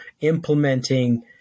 implementing